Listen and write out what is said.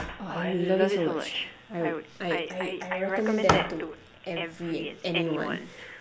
oh I love it so much I would I I I recommend that to every and anyone